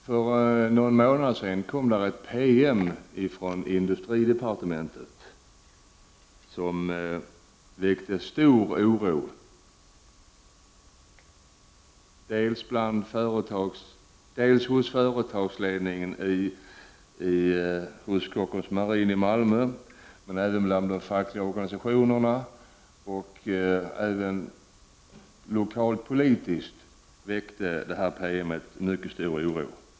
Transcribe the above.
För någon månad sedan kom det en PM från industridepartementet som väckte stor oro dels inom företagsledningen hos Kockums Marine i Malmö, dels bland de fackliga organisationerna. Även lokalpolitiskt väckte denna PM stor oro.